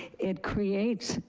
it creates,